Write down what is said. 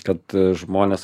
kad žmonės